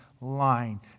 line